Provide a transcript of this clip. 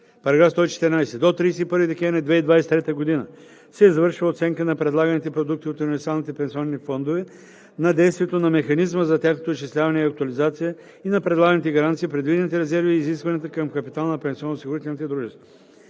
114: „§ 114. До 31 декември 2023 г. се извършва оценка на предлаганите продукти от универсалните пенсионни фондове, на действието на механизма за тяхното изчисляване и актуализация и на предлаганите гаранции, предвидените резерви и изискванията към капитала на пенсионноосигурителните дружества.“